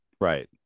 right